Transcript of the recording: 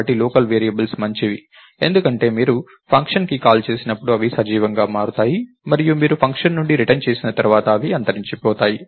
కాబట్టి local variables మంచివి ఎందుకంటే మీరు ఫంక్షన్కు కాల్ చేసినప్పుడు అవి సజీవంగా మారతాయి మరియు మీరు ఫంక్షన్ నుండి రిటర్న్ చేసిన తర్వాత అవి అంతరించిపోతాయి